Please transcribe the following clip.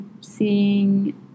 seeing